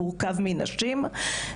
מורכב מנשים.